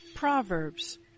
Proverbs